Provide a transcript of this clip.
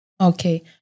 Okay